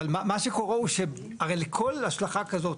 אבל מה שקורה הוא שהרי לכל השלכה כזאת,